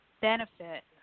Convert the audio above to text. benefit